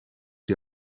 die